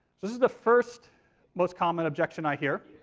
this is the first most common objection i hear.